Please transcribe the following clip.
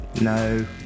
no